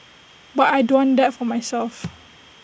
but I don't want that for myself